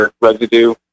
residue